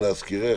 להזכירך,